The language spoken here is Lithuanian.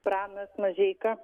pranas mažeika